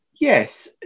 Yes